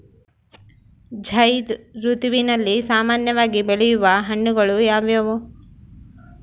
ಝೈಧ್ ಋತುವಿನಲ್ಲಿ ಸಾಮಾನ್ಯವಾಗಿ ಬೆಳೆಯುವ ಹಣ್ಣುಗಳು ಯಾವುವು?